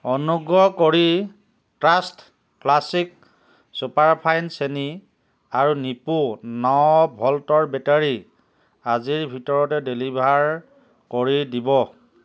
অনুগ্ৰহ কৰি trust classic superfine চেনি আৰু নিপ্পো ন ভল্টৰ বেটাৰী আজিৰ ভিতৰতে ডেলিভাৰ কৰি দিব